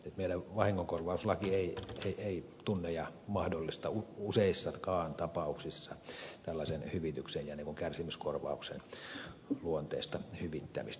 meillä vahingonkorvauslaki ei tunne ja mahdollista useissakaan tapauksissa tällaisen hyvityksen ja kärsimyskorvauksen luonteista hyvittämistä